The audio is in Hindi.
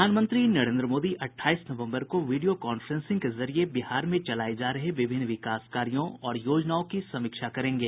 प्रधानमंत्री नरेन्द्र मोदी अट्ठाईस नवम्बर को वीडियो कांफ्रेंसिंग के जरिए बिहार में चलाये जा रहे विभिन्न विकास कार्यों और योजनाओं की समीक्षा करेंगे